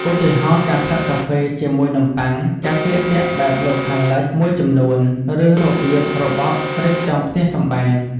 ឧទាហរណ៍ ការផឹកកាហ្វេជាមួយនំប៉័ង ការស្លៀកពាក់បែបលោកខាងលិចមួយចំនួន ឬរបៀបរបបរៀបចំផ្ទះសម្បែង។